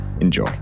Enjoy